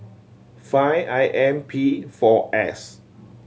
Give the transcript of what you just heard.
five I M P four S